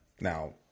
now